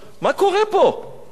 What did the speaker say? מה קורה פה, רבותי?